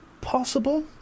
Possible